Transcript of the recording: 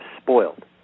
spoiled